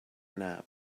nap